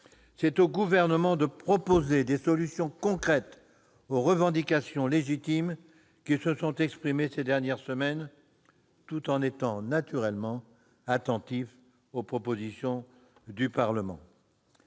C'est au Gouvernement de proposer des solutions concrètes, face aux revendications légitimes qui se sont exprimées ces dernières semaines, tout en étant attentif, naturellement, aux propositions du Parlement.